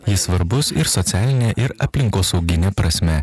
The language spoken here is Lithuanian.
jis svarbus ir socialine ir aplinkosaugine prasme